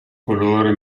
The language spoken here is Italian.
colore